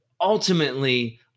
ultimately